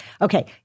Okay